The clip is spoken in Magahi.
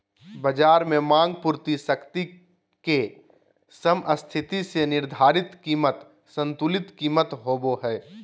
बज़ार में मांग पूर्ति शक्ति के समस्थिति से निर्धारित कीमत संतुलन कीमत होबो हइ